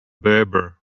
berber